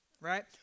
right